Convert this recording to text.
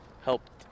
helped